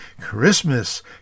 Christmas